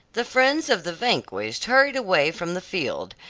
the friends of the vanquished hurried away from the field,